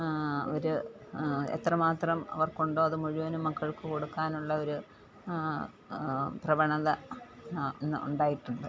അവർ എത്രമാത്രം അവർക്കുണ്ടോ അത് മുഴുവനും മക്കൾക്ക് കൊടുക്കാനുള്ള ഒരു പ്രവണത ഇന്ന് ഉണ്ടായിട്ടുണ്ട്